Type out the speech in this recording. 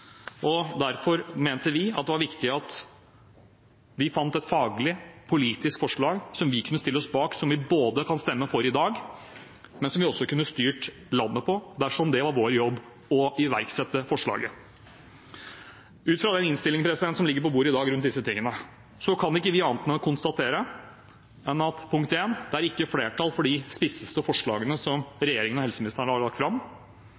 Derfor mente vi at det var viktig at vi fant et faglig og politisk forslag som vi kunne stille oss bak, som vi kan stemme for i dag, men som vi også kunne styrt landet på dersom det var vår jobb å iverksette forslaget. Ut fra den innstillingen som ligger på bordet i dag rundt disse tingene, kan ikke vi annet enn å konstatere: Det er ikke flertall for de spisseste forslagene som regjeringen og helseministeren har lagt fram.